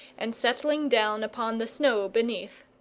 and settling down upon the snow beneath.